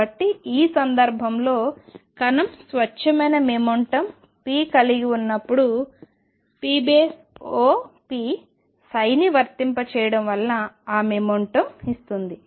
కాబట్టి ఈ సందర్భంలో కణం స్వచ్ఛమైన మొమెంటం p కలిగి ఉన్నప్పుడు pop ని వర్తింపజేయడం వలన ఆ మొమెంటం ఇస్తుంది